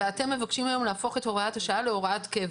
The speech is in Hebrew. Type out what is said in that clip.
ואתם מבקשים היום להפוך את הוראת השעה להוראת קבע.